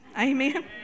Amen